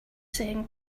saying